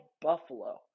Buffalo